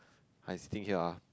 I sitting here ah